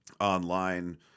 online